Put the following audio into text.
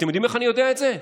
אתם יודעים איך אני יודע את זה?